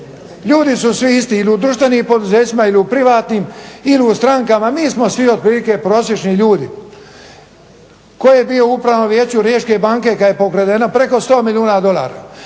Ljudi su svi isti ili u društvenim poduzećima ili u privatnim ili u strankama. Mi smo svi otprilike prosječni ljudi. Tko je bio u Upravnom vijeću Riječke banke kad je pokradeno preko 100 milijuna dolara?